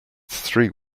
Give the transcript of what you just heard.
three